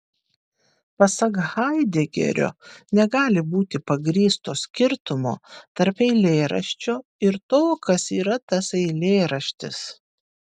pasak haidegerio negali būti pagrįsto skirtumo tarp eilėraščio ir to kas yra tas eilėraštis